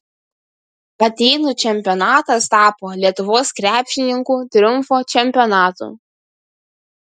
atėnų čempionatas tapo lietuvos krepšininkų triumfo čempionatu